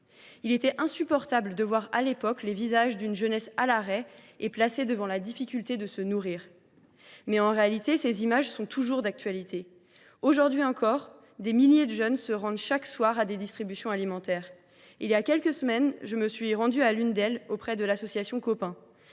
il était insupportable de voir les visages d’une jeunesse à l’arrêt et placée devant la difficulté de se nourrir. En réalité, ces images sont toujours d’actualité ! Aujourd’hui encore, des milliers de jeunes se rendent chaque soir à des distributions alimentaires. Voilà quelques semaines, je me suis rendue à l’une d’entre elles, réalisée par l’association Cop 1.